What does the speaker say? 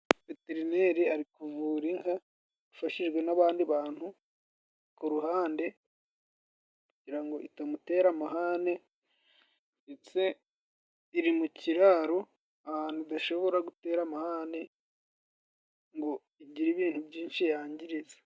Veterineri ari kuvura inka afashijwe n'abandi bantu ku ruhande kugira ngo itamutera amahane, ndetse iri mu kiraro ahantu idashobora gutera amahane ngo igire ibintu byinshi yangiriza.